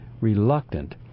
reluctant